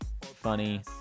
funny